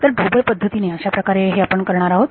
तर ढोबळ पद्धतीने अशाप्रकारे हे आपण करणार आहोत